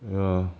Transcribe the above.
ya